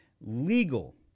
Legal